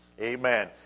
Amen